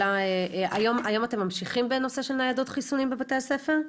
היום אתם ממשיכים עם הנושא של ניידות חיסונים בבתי הספר?